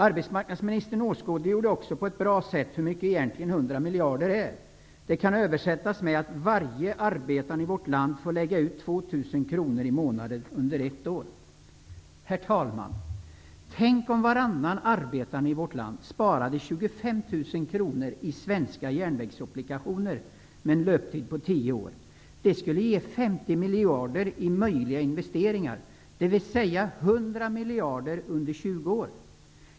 Arbetsmarknadsministern åskådliggjorde också på ett bra sätt hur mycket 100 miljarder kronor egentligen är. Det kan översättas med att varje arbetande i vårt land får lägga ut 2 000 Tänk om varannan arbetande i vårt land sparade 25 000 kr i svenska järnvägsobligationer med en löptid på 10 år. Det skulle ge 50 miljarder kronor i möjliga investeringar, dvs. 100 miljarder kronor under 20 år.